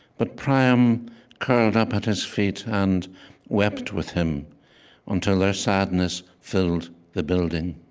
but priam curled up at his feet and wept with him until their sadness filled the building